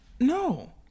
No